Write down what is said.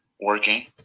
working